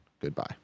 goodbye